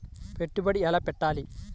పెట్టుబడి ఎలా పెట్టాలి?